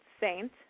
saint